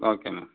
okay மா